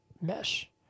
mesh